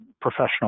professional